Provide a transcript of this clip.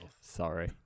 Sorry